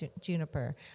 Juniper